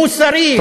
שהוא חרם מוסרי,